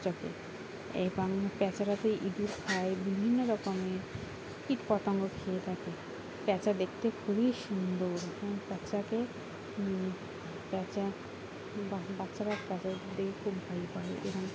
বাচ্চাকে এবং প্যাঁচারা তো ইঁদুর খায় বিভিন্ন রকমের কীট পতঙ্গ খেয়ে থাকে প্যাঁচা দেখতে খুবই সুন্দর এবং প্যাঁচাকে প্যাঁচা বা বাচ্চারা প্যাঁচার দিয়ে এবং